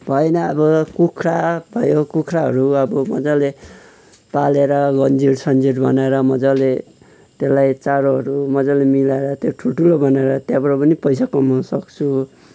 भएन अब कुखुरा भयो कुखुराहरू अब मजाले पालेर गन्जिर सन्जिर बनाएर मजाले त्यसलाई चारोहरू मजाले मिलाएर त्यो ठुल्ठुलो बनाएर त्यहाँबाट पनि पैसा कमाउन सक्छु